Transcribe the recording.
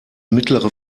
mittlere